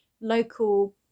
local